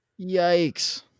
Yikes